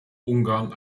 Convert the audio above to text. ungarn